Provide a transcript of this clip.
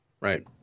Right